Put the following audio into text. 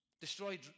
destroyed